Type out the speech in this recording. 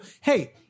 Hey